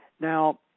Now